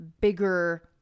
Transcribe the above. bigger